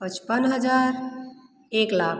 पचपन हज़ार एक लाख